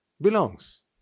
Belongs